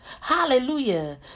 Hallelujah